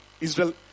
Israel